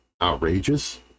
outrageous